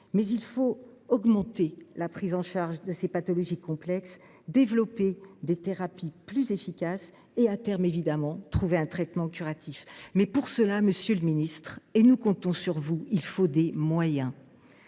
mais il faut augmenter la prise en charge de ces pathologies complexes, développer des thérapies plus efficaces et, à terme, évidemment, trouver un traitement curatif. Mais, pour cela, monsieur le ministre – nous comptons sur vous –, il faut des moyens.